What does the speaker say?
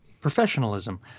Professionalism